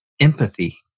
empathy